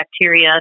bacteria